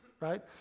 right